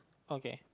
okay